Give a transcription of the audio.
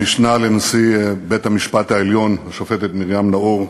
המשנה לנשיא בית-המשפט העליון השופטת מרים נאור,